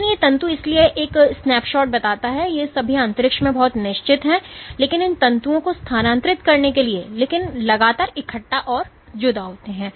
लेकिन ये तंतु इसलिए यह एक स्नैपशॉट बताता है कि ये सभी अंतरिक्ष में बहुत निश्चित हैं लेकिन इन तंतुओं को स्थानांतरित करने के लिए लेकिन लगातार इकट्ठा और जुदा होते हैं